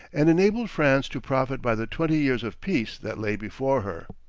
and enabled france to profit by the twenty years of peace that lay before her.